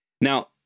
Now